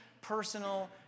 personal